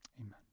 Amen